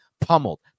pummeled